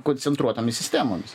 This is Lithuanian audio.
koncentruotomis sistemomis